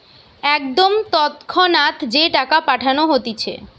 একদম তৎক্ষণাৎ যে টাকা পাঠানো হতিছে